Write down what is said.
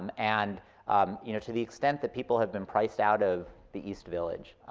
um and you know to the extent that people have been priced out of the east village,